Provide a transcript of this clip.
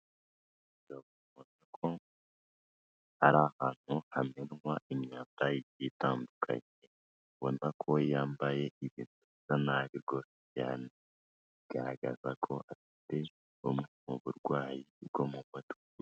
Biragaragara ko ari ahantu hamenwa imyanda igiye itandukanye. Ubona ko yambaye ibintu bisa nabi cyane. bigaragaza ko afite uburwayi bwo mu mutwe.